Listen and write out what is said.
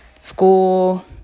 school